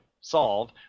solve